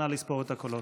נא לספור את הקולות.